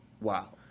wow